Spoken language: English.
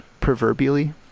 proverbially